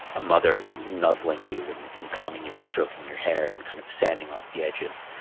a mother nuzzling you and and calming you and stroking your hair and kind of sanding off the edges.